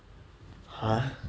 !huh!